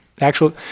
actual